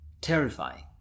terrifying